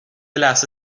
لحظه